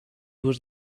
was